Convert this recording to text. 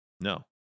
No